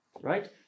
right